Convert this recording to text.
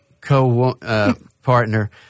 co-partner